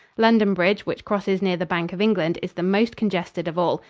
london bridge, which crosses near the bank of england, is the most congested of all.